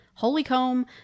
Holycomb